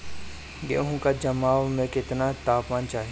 गेहू की जमाव में केतना तापमान चाहेला?